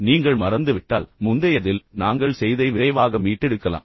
நீங்கள் மறந்துவிட்டால் முந்தையதில் நாங்கள் செய்ததை விரைவாக மீட்டெடுக்கலாம்